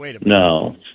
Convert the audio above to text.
No